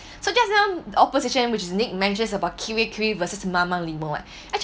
so just now the opposition which is nick mentions about Kirei Kirei versus Mama Lemon what actually